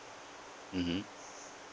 mmhmm